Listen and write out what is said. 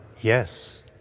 yes